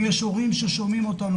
אם יש הורים ששומעים אותנו,